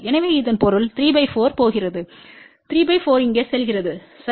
எனவே இதன் பொருள்34 போகிறது 34 இங்கே செல்கிறது சரி